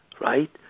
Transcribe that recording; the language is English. right